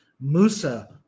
Musa